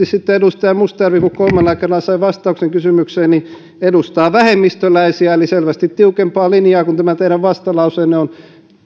sitten edustaja mustajärvi kun kolmannella kerralla sain vastauksen kysymykseen edustaa vähemmistöläisiä eli selvästi tiukempaa linjaa kuin tämä teidän vastalauseenne on